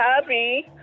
happy